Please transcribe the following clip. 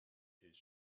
his